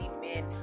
men